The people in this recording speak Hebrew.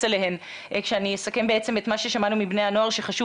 אליהן כשאני אסכם את מה ששמענו מבני הנוער שחשוב